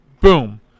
Boom